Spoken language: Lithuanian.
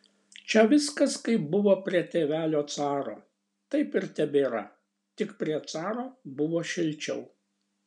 čia viskas kaip buvo prie tėvelio caro taip ir tebėra tik prie caro buvo šilčiau